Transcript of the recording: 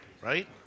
right